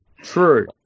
True